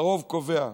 והרוב קובע,